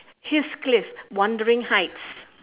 heath cliff wuthering heights